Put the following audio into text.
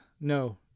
no